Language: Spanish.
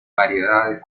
variedades